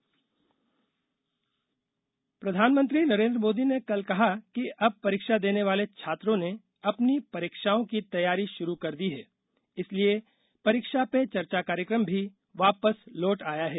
प्रधानमंत्री परीक्षा पे चर्चा प्रधानमंत्री नरेन्द्र मोदी ने कल कहा कि अब परीक्षा देने वाले छात्रों ने अपनी परीक्षाओं की तैयारी शुरू कर दी है इसलिए परीक्षा पे चर्चा कार्यक्रम भी वापस लौट आया है